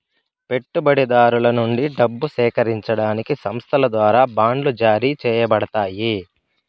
పెట్టుబడిదారుల నుండి డబ్బు సేకరించడానికి సంస్థల ద్వారా బాండ్లు జారీ చేయబడతాయి